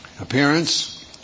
appearance